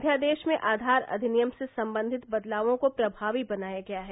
अध्यादेश में आधार अधिनियम से सम्बन्धित बदलावों को प्रभावी बनाया गया है